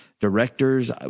directors